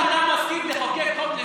אם אתה מסכים לחוקק חוק נגד,